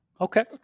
Okay